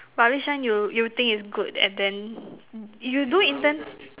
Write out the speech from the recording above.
but which one you you think is good and then you do intend